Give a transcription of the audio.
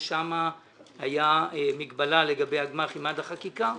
ששם היתה מגבלה לגבי הגמ"חים עד החקיקה,